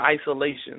isolation